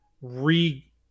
re